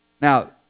Now